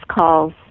calls